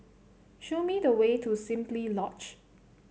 show me the way to Simply Lodge